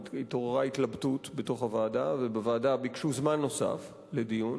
התעוררה התלבטות בתוך הוועדה ובוועדה ביקשו זמן נוסף לדיון.